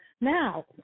Now